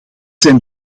zijn